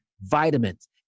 vitamins